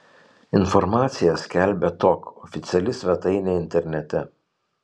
informaciją skelbia tok oficiali svetainė internete